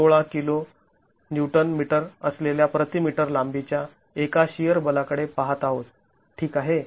१६ kilo newton metre असलेल्या प्रति metre लांबी च्या एका शिअर बला कडे पाहत आहोत ठीक आहे